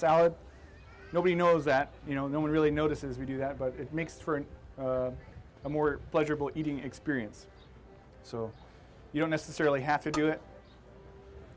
salad nobody knows that you know no one really notices we do that but it makes for an more pleasurable eating experience so you don't necessarily have to do it